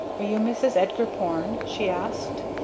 are you mrs. edgar porne? she asked.